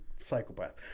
psychopath